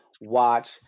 watch